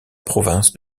province